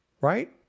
Right